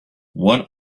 what